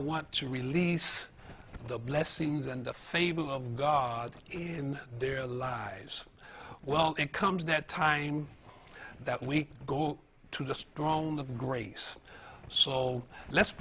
want to release the blessings and the fable of god in their lives well it comes that time that we go to the strong of grace so let's